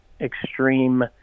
extreme